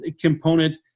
component